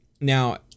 Now